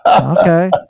okay